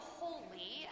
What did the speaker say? holy